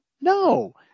No